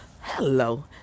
Hello